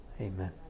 Amen